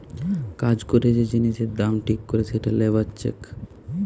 কাজ করে যে জিনিসের দাম ঠিক করে সেটা লেবার চেক